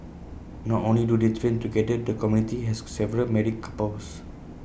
not only do they train together the community has several married couples